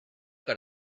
got